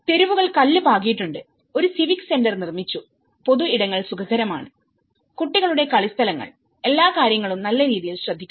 തെരുവുകൾ കല്ല് പാകിയിട്ടുണ്ട് ഒരു സിവിക് സെന്റർനിർമ്മിച്ചു പൊതു ഇടങ്ങൾ സുഖകരമാണ് കുട്ടികളുടെ കളിസ്ഥലങ്ങൾഎല്ലാ കാര്യങ്ങളും നല്ല രീതിയിൽ ശ്രദ്ധിക്കുന്നു